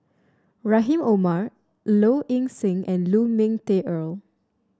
Rahim Omar Low Ing Sing and Lu Ming Teh Earl